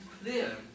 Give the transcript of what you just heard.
clear